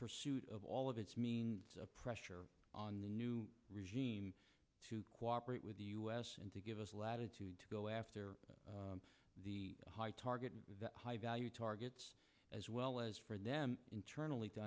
pursuit of all of its means of pressure on the new regime to cooperate with us and to give us latitude to go after the high targets that high value targets as well as for them internally to